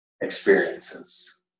experiences